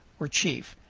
or chief,